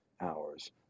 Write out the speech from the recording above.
hours